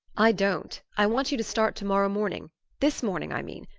i don't i want you to start tomorrow morning this morning, i mean.